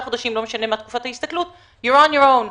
חודשים לא משנה מה תקופת ההסתכלות you're on your own.